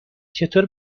چطور